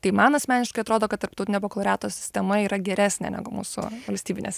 tai man asmeniškai atrodo kad tarptautinė bakalaureato sistema yra geresnė negu mūsų valstybinės